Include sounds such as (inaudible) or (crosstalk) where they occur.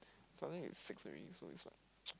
for me it's six already so it's like (noise)